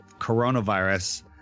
coronavirus